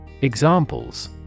Examples